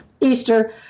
Easter